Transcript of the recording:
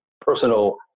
personal